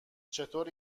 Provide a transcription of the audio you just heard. چطور